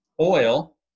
oil